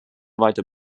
weiter